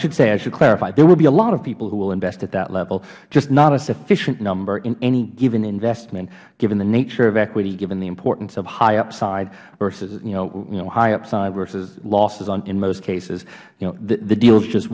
should sayh i should clarify there will be a lot of people who will invest at that level just not a sufficient number in any given investment given the nature of equity given the importance of high upside versus you knowh you know high upside versus losses in those cases you know the deals just